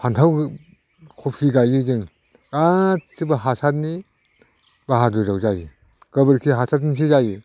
फान्थाव खबि गायो जों गासिबो हासारनि बाहादुरियाव जायो गोबोरखि हासारनिसो जायो